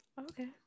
Okay